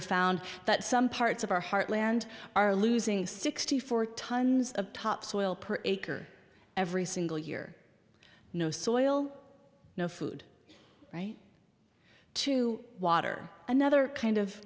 found that some parts of our heartland are losing sixty four tons of topsoil per acre every single year no soil no food right to water another kind of